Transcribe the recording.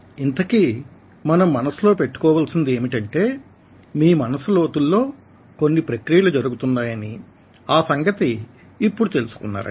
ఇంతకీ మనం మనసులో పెట్టుకోవలసింది ఏమిటంటే మీ మనసు లోతుల్లో కొన్ని ప్రక్రియలు జరుగుతున్నాయనీ ఆ సంగతి ఇప్పుడు తెలుసుకున్నారనీ